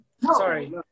sorry